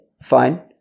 fine